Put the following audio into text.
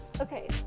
Okay